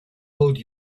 hold